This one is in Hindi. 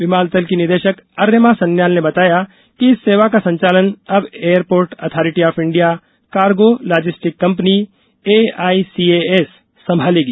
विमानतल की निदेषक अर्यमा सन्याल ने बताया कि इस सेवा का संचालन अब airport authority of India cargo logistics company AAICAS संभालेगी